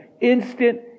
Instant